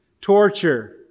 torture